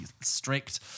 strict